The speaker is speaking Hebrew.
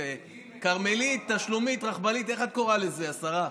כרמלית, תשלומית, רכבלית, השרה,